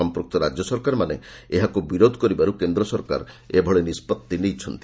ସମ୍ପୁକ୍ତ ରାଜ୍ୟ ସରକାରମାନେ ଏହାକୁ ବିରୋଧ କରିବାରୁ କେନ୍ଦ୍ର ସରକାର ଏଭଳି ନିଷ୍ପତ୍ତି ନେଇଛନ୍ତି